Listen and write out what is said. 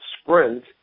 SPRINT